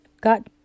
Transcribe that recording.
got